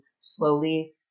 slowly